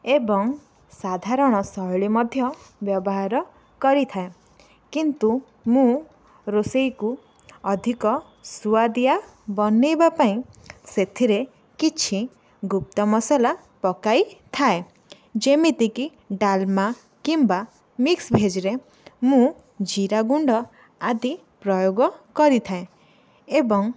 ଏବଂ ସାଧାରଣ ଶୈଳୀ ମଧ୍ୟ ବ୍ୟବହାର କରିଥାଏ କିନ୍ତୁ ମୁଁ ରୋଷେଇକୁ ଅଧିକ ସୁଆଦିଆ ବନାଇବା ପାଇଁ ସେଥିରେ କିଛି ଗୁପ୍ତ ମସଲା ପକାଇଥାଏ ଯେମିତିକି ଡାଲମା କିମ୍ବା ମିକ୍ସଭେଜରେ ମୁଁ ଜିରା ଗୁଣ୍ଡ ଆଦି ପ୍ରୟୋଗ କରିଥାଏ ଏବଂ